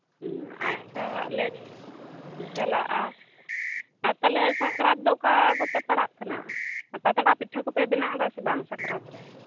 ᱟᱪᱪᱷᱟ ᱦᱟᱸᱜ ᱞᱮ ᱪᱟᱞᱟᱜᱼᱟ ᱟᱨ ᱛᱟᱦᱚᱞᱮ ᱥᱟᱠᱨᱟᱛ ᱫᱚ ᱚᱠᱟ ᱠᱚᱛᱮ ᱯᱟᱲᱟᱜ ᱠᱟᱱᱟ ᱯᱟᱛᱲᱟ ᱯᱤᱴᱷᱟᱹ ᱠᱚᱯᱮ ᱵᱮᱱᱟᱣ ᱮᱫᱟᱥᱮ ᱵᱟᱝᱮ ᱥᱟᱠᱨᱟᱛ ᱨᱮ